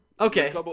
Okay